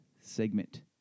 segment